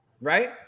right